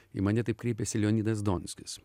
į mane taip kreipėsi leonidas donskis